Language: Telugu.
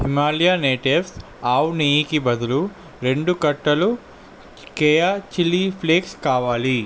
హిమాలయ నేటివ్స్ ఆవు నెయ్యికి బదులు రెండు కట్టలు కేయా చిల్లీ ఫ్లేక్స్ కావాలి